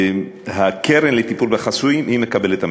הקרן לטיפול בחסויים היא מקבלת המלגה.